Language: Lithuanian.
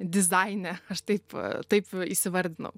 dizaine aš taip taip įsivardinau